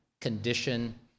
condition